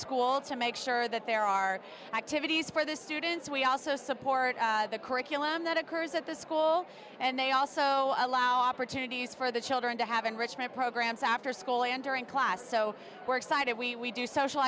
school to make sure that there are activities for the students we also support the curriculum that occurs at the school and they also allow opportunities for the children to have enrichment programs after school and during class so we're excited we we do social